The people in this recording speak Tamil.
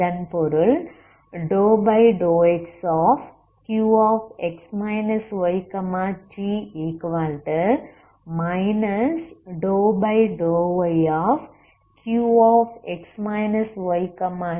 இதன் பொருள் ∂Qx yt∂x ∂Qx yt∂y